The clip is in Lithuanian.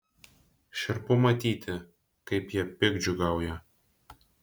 šiurpu matyti kaip jie piktdžiugiauja